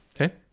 Okay